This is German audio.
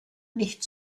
nicht